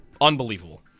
Unbelievable